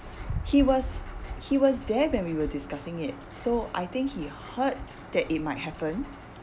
he was he was there when we were discussing it so I think he heard that it might happen